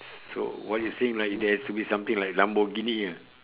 so what you saying there has to be something like Lamborghini ah